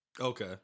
Okay